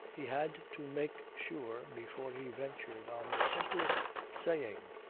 he had to make sure before he ventured on the simplest saying,